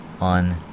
on